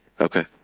Okay